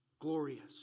glorious